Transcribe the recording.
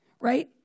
Right